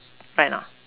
right or not